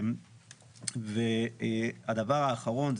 דבר אחרון,